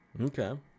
Okay